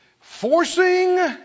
forcing